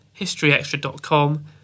historyextra.com